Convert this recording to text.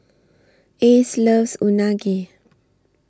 Ace loves Unagi